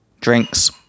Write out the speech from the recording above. drinks